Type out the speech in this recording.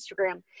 Instagram